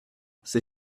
c’est